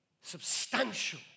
Substantial